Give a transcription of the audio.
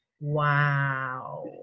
wow